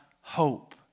hope